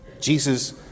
Jesus